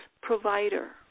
provider